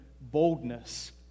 boldness